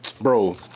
bro